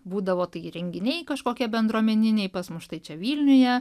būdavo tai renginiai kažkokie bendruomeniniai pas mus štai čia vilniuje